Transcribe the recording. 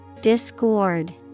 Discord